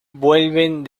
vuelven